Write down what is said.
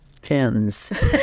pins